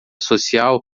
social